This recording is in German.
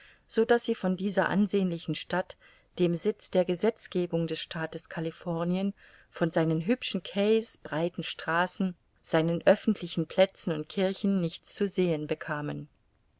so daß sie von dieser ansehnlichen stadt dem sitz der gesetzgebung des staates californien von seinen hübschen quais breiten straßen seinen öffentlichen plätzen und kirchen nichts zu sehen bekamen